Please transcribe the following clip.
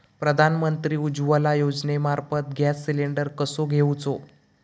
प्रधानमंत्री उज्वला योजनेमार्फत gas cylinder कसो घेऊचो?